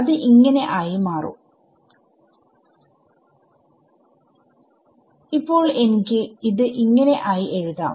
അത് ഇങ്ങനെ ആയി മാറും ഇപ്പോൾ എനിക്ക് ആയി എഴുതാം